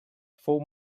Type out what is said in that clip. fou